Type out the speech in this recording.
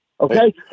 Okay